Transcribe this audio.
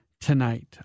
tonight